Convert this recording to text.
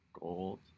gold